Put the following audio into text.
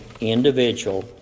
individual